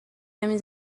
نمی